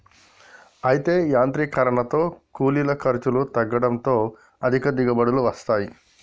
అయితే యాంత్రీకరనతో కూలీల ఖర్చులు తగ్గడంతో అధిక దిగుబడులు వస్తాయి